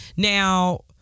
Now